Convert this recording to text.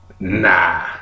nah